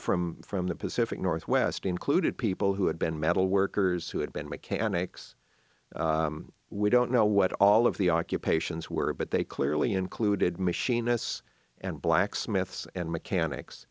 from from the pacific northwest included people who had been metal workers who had been mechanics we don't know what all of the occupations were but they clearly included machinists and blacksmiths and